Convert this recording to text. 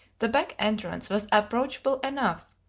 the back entrance was approachable enough,